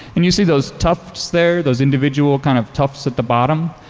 and you see those tufts there, those individual kind of tufts at the bottom,